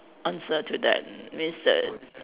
answer to that means that